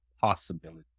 possibility